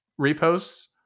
reposts